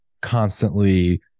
constantly